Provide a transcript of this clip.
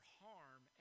harm